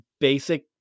basic